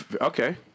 Okay